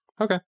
Okay